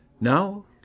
Now